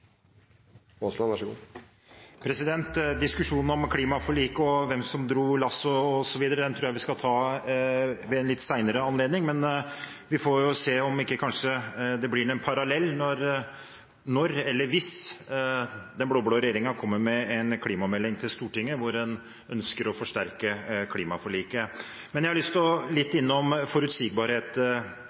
hvem som dro lasset osv. tror jeg vi skal ta ved en senere anledning, men vi får se om det ikke blir en parallell når – eller hvis – den blå-blå regjeringen kommer med en klimamelding til Stortinget, hvor man ønsker å forsterke klimaforliket. Jeg vil litt innom forutsigbarhet, for jeg har forstått at det er et nøkkelord som Høyre spesielt liker å bruke overfor næringslivet – altså forutsigbarhet